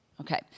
Okay